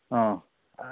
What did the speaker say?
অঁ